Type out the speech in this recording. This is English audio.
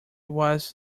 was